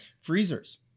Freezers